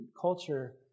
culture